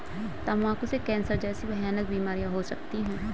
तंबाकू से कैंसर जैसी भयानक बीमारियां हो सकती है